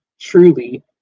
truly